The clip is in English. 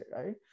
right